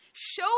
Show